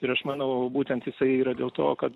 ir aš manau būtent jisai yra dėl to kad